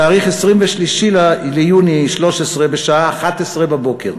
בתאריך 23 ביוני 2013, בשעה 11:00,